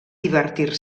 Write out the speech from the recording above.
divertir